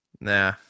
Nah